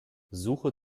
suche